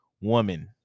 woman